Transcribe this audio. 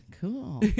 cool